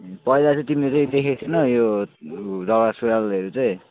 पहिला चाहिँ तिमीले चाहिँ देखेको थिएनौ यो दौरा सुरुवालहरू चाहिँ